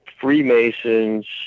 Freemasons